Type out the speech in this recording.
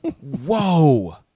Whoa